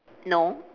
no